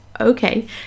okay